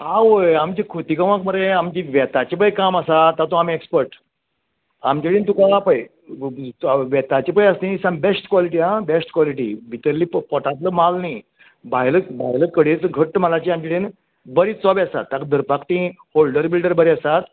आवय आमचे खोतिगांवांत मरे आमची बेताची पळय काम आसा तातूंत आमी एक्सपर्ट आमचे कडेन तुमकां पळय बेताची पळय आसा न्ही सामकी बेस्ट क्वालिटी आं बेस्ट क्वालिटी भितरलो पोटांतलो म्हाल न्ही भायलो भायलो कडेचो घट्ट म्हालाचे आमचे कडेन बरे चोबे आसात ताका धरपाक तीं होल्डर बिल्डर बरें आसात